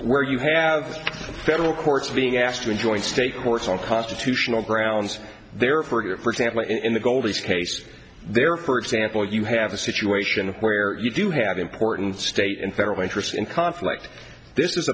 you have federal courts being asked to join state courts on constitutional grounds there for example in the goldies case there for example you have a situation where you do have important state and federal interest in conflict this